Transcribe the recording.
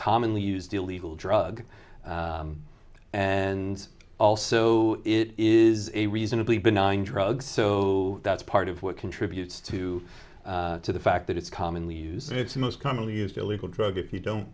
commonly used illegal drug and also it is a reasonably benign drug so that's part of what contributes to to the fact that it's commonly used in its most commonly used illegal drug if you don't